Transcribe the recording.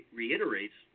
reiterates